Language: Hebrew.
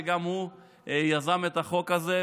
שגם הוא יזם את החוק הזה,